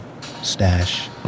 Stash